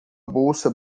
bolsa